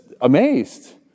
amazed